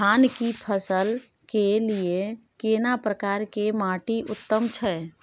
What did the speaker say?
धान की फसल के लिये केना प्रकार के माटी उत्तम छै?